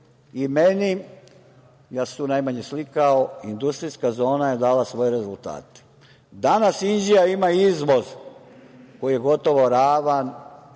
i meni, ja sam se tu najmanje slikao, industrijska zona je dala svoje rezultate. Danas Inđija ima izvoz koji je gotovo ravan